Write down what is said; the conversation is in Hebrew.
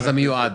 סגן השר המיועד.